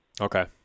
Okay